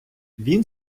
він